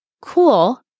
cool